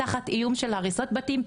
תחת איום של הריסת בתים,